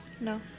No